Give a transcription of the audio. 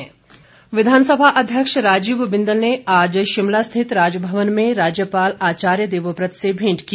भेंट विधानसभा अध्यक्ष राजीव बिंदल ने आज शिमला स्थित राजभवन में राज्यपाल आचार्य देवव्रत से भेंट की